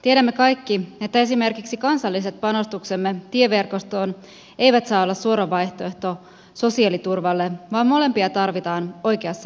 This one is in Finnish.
tiedämme kaikki että esimerkiksi kansalliset panostuksemme tieverkostoon eivät saa olla suora vaihtoehto sosiaaliturvalle vaan molempia tarvitaan oikeassa mittasuhteessa